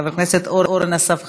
חבר הכנסת אורן אסף חזן,